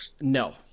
No